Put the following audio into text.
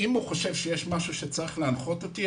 אם הוא חושב שיש משהו שצריך להנחות אותי,